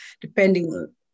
depending